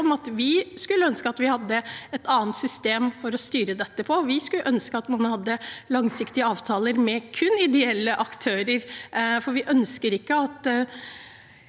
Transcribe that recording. vi skulle ønske vi hadde et annet system for å styre dette. Vi skulle ønske man hadde langsiktige avtaler med kun ideelle aktører,